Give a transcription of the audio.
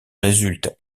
résulte